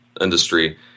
industry